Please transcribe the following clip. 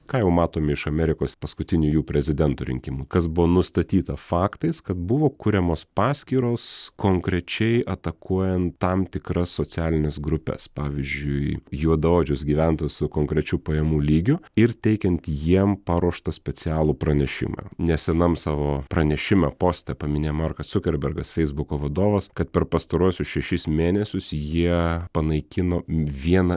ką jau matom iš amerikos paskutiniųjų prezidento rinkimų kas buvo nustatyta faktais kad buvo kuriamos paskyros konkrečiai atakuojan tam tikras socialines grupes pavyzdžiui juodaodžius gyventojus su konkrečiu pajamų lygiu ir teikiant jiem paruoštą specialų pranešimą nes vienam savo pranešime poste paminėjo markas zukerbergas feisbuko vadovas kad per pastaruosius šešis mėnesius jie panaikino vieną